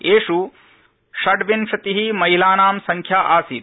येष् षड्विंशति महिलानां संख्या आसीत्